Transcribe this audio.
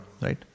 right